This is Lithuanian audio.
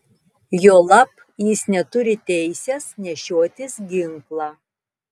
juolab jis neturi teisės nešiotis ginklą